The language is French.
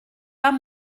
pas